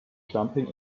jumping